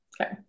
okay